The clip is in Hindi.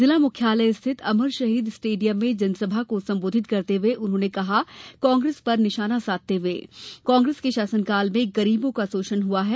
जिला मुख्यालय स्थित अमर शहीद स्टेडियम में जनसभा को संबोधित करते हये उन्होंने कांग्रेस पर निशाना साधते हये कहा कि कांग्रेस के शासनकाल में गरीबों का शोषण हुआ है